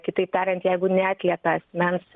kitaip tariant jeigu neatliepia asmens